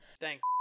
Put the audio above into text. thanks